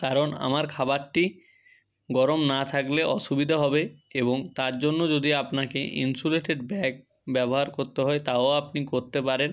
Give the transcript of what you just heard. কারণ আমার খাবারটি গরম না থাকলে অসুবিদা হবে এবং তার জন্য যদি আপনাকে ইন্সুলেটেড ব্যাগ ব্যবহার করতে হয় তাও আপনি করতে পারেন